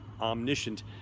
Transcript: omniscient